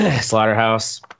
Slaughterhouse